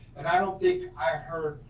and i don't think i heard